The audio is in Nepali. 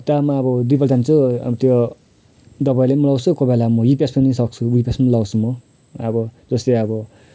हप्तामा अब दुईपल्ट जान्छु अब त्यो दबाईले पनि रोप्छु कोही बेला म हिपेस पनि सक्छु हिपेस पनि लाउँछु म अब जस्तै अब